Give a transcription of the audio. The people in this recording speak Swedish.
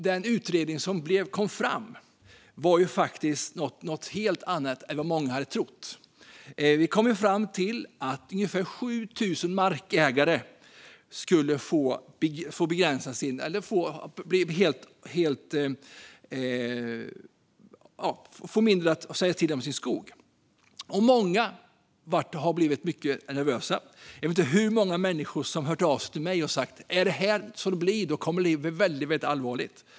Den utredning som kom fram var något helt annat än vad många hade trott. Vi kom fram till att ungefär 7 000 markägare skulle få mindre att säga till om i sin skog. Många har blivit väldigt nervösa. Jag vet inte hur många människor som hört av sig till mig och sagt: Är det så här det kommer att bli kommer det att bli väldigt allvarligt.